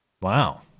Wow